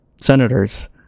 senators